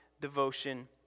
devotion